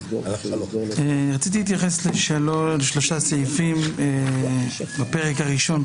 רציתי להתייחס לשלושה סעיפים בפרק הראשון,